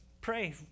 pray